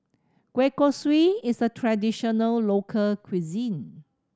kueh kosui is a traditional local cuisine